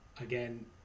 Again